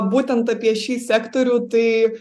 būtent apie šį sektorių tai